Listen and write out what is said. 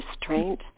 restraint